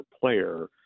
player